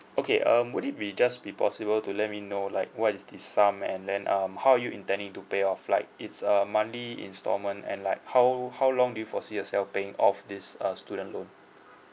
okay um would it be just be possible to let me know like what is the sum and then um how are you intending to pay off like it's a monthly instalment and like how how long do you foresee yourself paying off this uh student loan